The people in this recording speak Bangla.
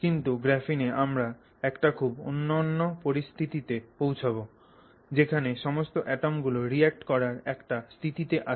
কিন্তু গ্রাফিনে আমরা একটি খুব অনন্য পরিস্থিতিতে পৌছব যেখানে সমস্ত অ্যাটম গুলো রিঅ্যাক্ট করার একটা স্থিতিতে আছে